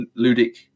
ludic